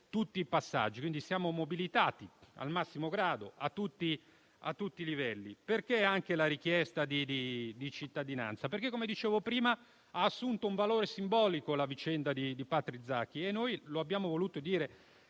tutti i passaggi. Siamo mobilitati al massimo grado e a tutti i livelli. Perché anche la richiesta di cittadinanza? Come dicevo prima, ha assunto un valore simbolico la vicenda di Patrick Zaki e noi abbiamo voluto dire